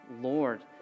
Lord